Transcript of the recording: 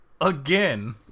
again